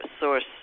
source